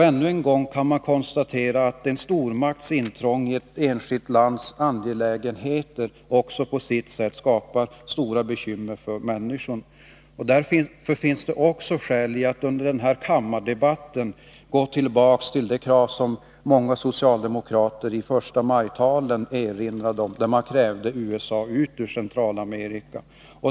Ännu en gång kan man konstatera att en stormakts intrång i ett enskilt lands angelägenheter på sitt sätt skapar stora bekymmer för människorna. Därför finns det också skäl att under denna kammardebatt gå tillbaka till de krav som många socialdemokrater erinrade om i första maj-talen. Man krävde: USA ut ur Centralamerika!